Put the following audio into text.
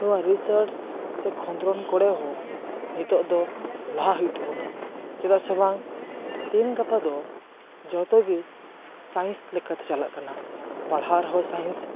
ᱱᱚᱣᱟ ᱨᱤᱥᱟᱨᱪ ᱠᱷᱚᱸᱫᱽᱨᱚᱸᱫᱽ ᱠᱚᱨᱮ ᱦᱚᱸ ᱱᱤᱛᱚᱜ ᱫᱚ ᱞᱟᱦᱟ ᱦᱩᱭᱩᱜ ᱛᱟᱵᱚᱱᱟ ᱪᱮᱫᱟᱜ ᱥᱮ ᱵᱟᱝ ᱛᱮᱦᱮᱧ ᱜᱟᱯᱟ ᱫᱚ ᱡᱚᱛᱚ ᱜᱤ ᱥᱟᱭᱮᱱᱥ ᱞᱮᱠᱟᱛᱮ ᱪᱟᱞᱟᱜ ᱠᱟᱱᱟ ᱯᱟᱲᱦᱟᱣ ᱨᱮᱦᱚᱸ ᱥᱟᱭᱮᱱᱥ